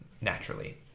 naturally